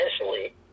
initially